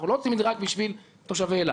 אנחנו לא עושים את זה רק בשביל תושבי אילת.